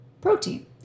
protein